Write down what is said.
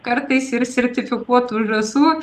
kartais ir sertifikuotų žąsų